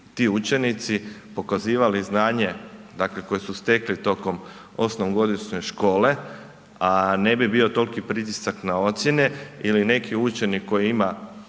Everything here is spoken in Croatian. ti učenici pokazivali znanje dakle koje su stekli osmogodišnje škole, a ne bi bio toliki pritisak na ocjene ili neki učenik koji ima